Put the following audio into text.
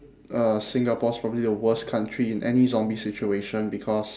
uh singapore is probably the worst country in any zombie situation because